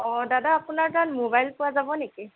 অ দাদা আপোনাৰ তাত মোবাইল পোৱা যাব নেকি